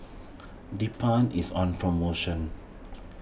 Bedpans is on promotion